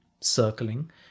circling